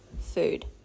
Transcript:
Food